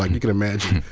and you can imagine,